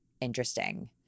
interesting